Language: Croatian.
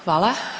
Hvala.